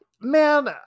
man